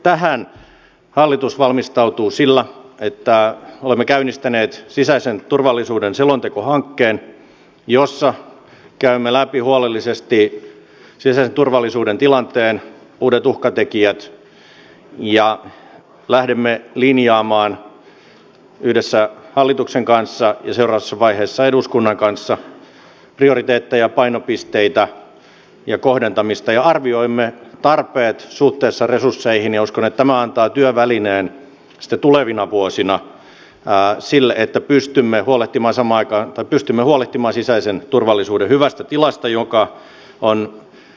tähän hallitus valmistautuu sillä että olemme käynnistäneet sisäisen turvallisuuden selontekohankkeen jossa käymme läpi huolellisesti sisäisen turvallisuuden tilanteen ja uudet uhkatekijät ja lähdemme linjaamaan yhdessä hallituksen kanssa ja seuraavassa vaiheessa eduskunnan kanssa prioriteetteja painopisteitä ja kohdentamista ja arvioimme tarpeet suhteessa resursseihin ja uskon että tämä antaa työvälineen sitten tulevina vuosina sille että pystymme huolehtimaan sisäisen turvallisuuden hyvästä tilasta